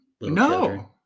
no